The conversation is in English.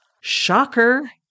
Shocker